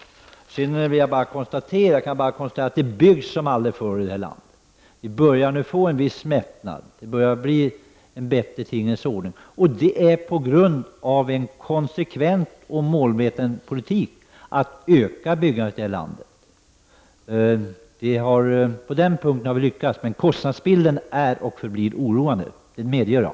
Jag konstaterar emellertid att det byggs som aldrig förr i landet. Vi börjar få en viss mättnad, och det börjar bli en bättre tingens ordning. Att byggandet ökar i landet beror på en konsekvent och målmedvetet förd politik. Därvidlag har vi alltså lyckats, men kostnadsbilden är och förblir oroande; det medger jag.